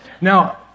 Now